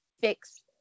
fix